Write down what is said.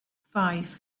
five